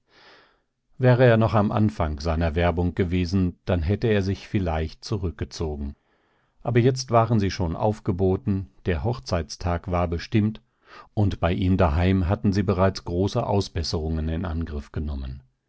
wäre er noch am anfang seiner werbung gewesen dann hätte er sich vielleicht zurückgezogen aber jetzt waren sie schon aufgeboten der hochzeitstag war bestimmt und bei ihm daheim hatten sie bereits große ausbesserungen in angriff genommen